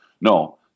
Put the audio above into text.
no